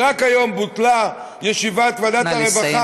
רק היום בוטלה ישיבת ועדת הרווחה, נא לסיים,